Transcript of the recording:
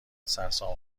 سرسام